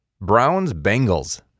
Browns-Bengals